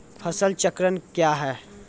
फसल चक्रण कया हैं?